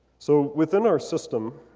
so within our system